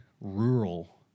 rural